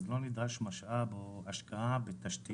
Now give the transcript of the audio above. אז לא נדרש משאב או השקעה בתשתיות.